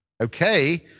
okay